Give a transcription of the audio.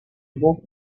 bon